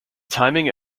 timing